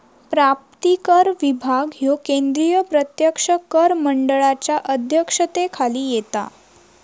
प्राप्तिकर विभाग ह्यो केंद्रीय प्रत्यक्ष कर मंडळाच्या अध्यक्षतेखाली येता